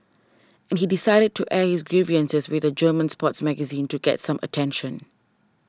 and he decided to air his grievances with a German sports magazine to get some attention